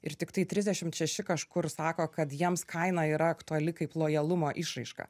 ir tiktai trisdešimt šeši kažkur sako kad jiems kaina yra aktuali kaip lojalumo išraiška